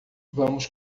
vamos